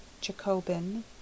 Jacobin